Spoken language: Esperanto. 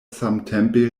samtempe